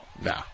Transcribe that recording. No